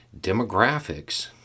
demographics